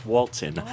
Walton